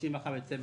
(31 בדצמבר